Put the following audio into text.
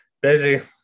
Busy